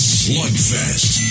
slugfest